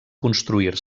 construir